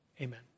Amen